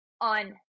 on